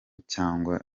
cyangwa